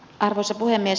arvoisa puhemies